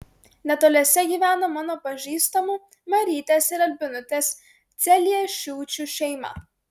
netoliese gyveno mano pažįstamų marytės ir albinutės celiešiūčių šeima